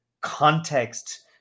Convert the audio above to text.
context